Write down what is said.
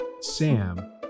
Sam